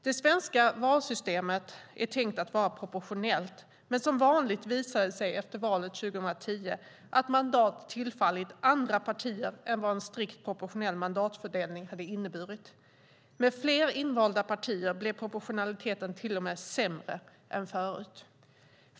Det svenska valsystemet är tänkt att vara proportionellt, men som vanligt visade det sig efter valet 2010 att mandat tillfallit andra partier än vad en strikt proportionell mandatfördelning hade inneburit. Med fler invalda partier blev proportionaliteten till och med sämre än förut.